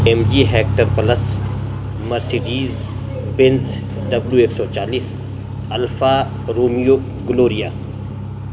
M G Hector plus Mercedes Benz W ایک سو چالیس الفا رومیو گلوریا